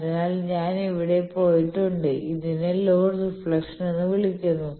അതിനാൽ ഞാൻ ഇവിടെ പോയിട്ടുണ്ട് ഇതിനെ ലോഡ് റിഫ്ലക്ഷൻ എന്ന് വിളിക്കുന്നു